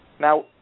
Now